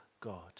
God